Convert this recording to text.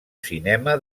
cinema